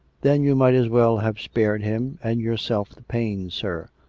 then you might as well have spared him, and yourself, the pains, sir,